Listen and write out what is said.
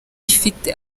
ifite